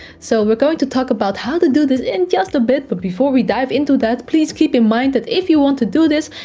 so we're going to talk about how to do this in a just bit, but before we dive into that, please keep in mind that if you want to do this,